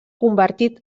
convertit